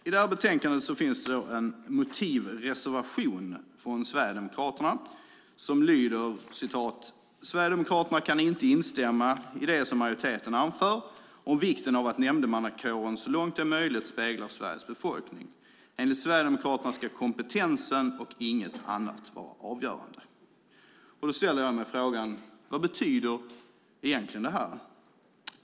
I det här betänkandet finns det en motivreservation från Sverigedemokraterna om lyder: "Sverigedemokraterna kan inte instämma i det som majoriteten anför om vikten av att nämndemannakåren så långt det är möjligt speglar Sveriges befolkning. Enligt Sverigedemokraterna ska kompetensen och inget annat vara avgörande." Då ställer jag mig frågan: Vad betyder detta?